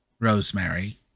Rosemary